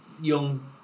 young